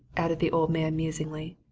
added the old man musingly.